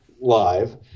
live